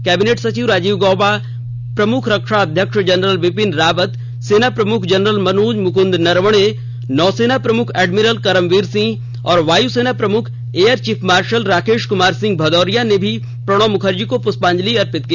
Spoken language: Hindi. कैबिनेट सचिव राजीव गौवा प्रमुख रक्षा अध्यक्ष जनरल बिपिन रावत सेना प्रमुख जनरल मनोज मुकद नरवणे नौसेना प्रमुख एडमिरल करमबीर सिंह और वायुसेना प्रमुख air chief marshal Rakesh Kumar Singh Bhadauria ने भी प्रणब मुखर्जी को पुष्पांजलि अर्पित की